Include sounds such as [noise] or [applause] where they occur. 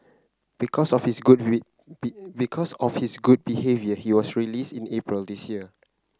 because of his good [unintelligible] because of his good behaviour he was released in April this year